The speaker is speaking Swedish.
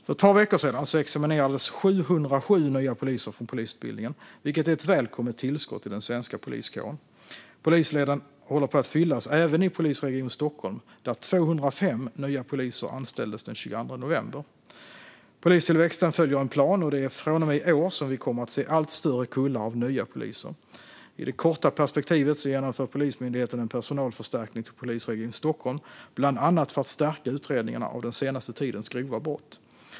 För ett par veckor sedan examinerades 707 nya poliser från polisutbildningen, vilket är ett välkommet tillskott i den svenska poliskåren. Polisleden håller på att fyllas även i polisregion Stockholm, där 205 nya poliser anställdes den 22 november. Polistillväxten följer en plan, och det är från och med i år som vi kommer att se allt större kullar av nya poliser. I det korta perspektivet genomför Polismyndigheten en personalförstärkning till polisregion Stockholm, bland annat för att stärka utredningarna av den senaste tidens grova brott.